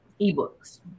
ebooks